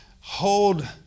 Hold